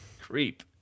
Creep